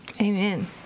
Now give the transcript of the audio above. amen